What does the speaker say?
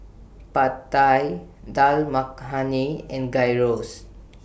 Pad Thai Dal Makhani and Gyros